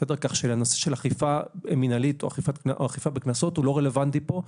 כך שנושא אכיפה מנהלית או אכיפה בקנסות הוא לא רלוונטי פה,